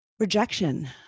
Rejection